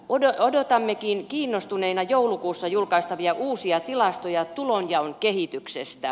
odotammekin kiinnostuneina joulukuussa julkaistavia uusia tilastoja tulonjaon kehityksestä